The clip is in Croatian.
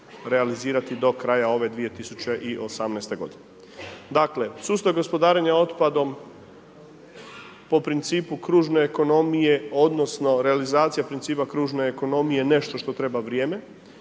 realizirati do kraja ove 2018. godine. Dakle, sustav gospodarenja otpadom po principu kružne ekonomije, odnosno realizacija principa kružne ekonomije je nešto što treba vrijeme.